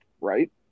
right